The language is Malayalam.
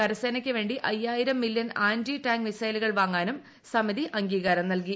കരസേനയ്ക്ക് വേണ്ടി അയ്യായിരം മിലൻ ആന്റി ടാങ്ക് മിസൈലുകൾ വാങ്ങാനും സമിതി അംഗീകാരം നൽകി